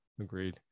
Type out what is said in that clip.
agreed